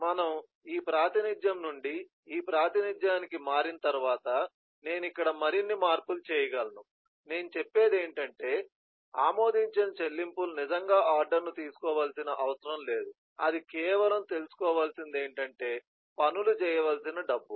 మనము ఈ ప్రాతినిధ్యం నుండి ఈ ప్రాతినిధ్యానికి మారిన తర్వాత నేను ఇక్కడ మరిన్ని మార్పులు చేయగలను నేను చెప్పేది ఏమిటంటే ఆమోదించిన చెల్లింపులు నిజంగా ఆర్డర్ను తెలుసుకోవలసిన అవసరం లేదు అది కేవలం తెలుసుకోవలసినది ఏమిటంటే వసూలు చేయవలసిన డబ్బు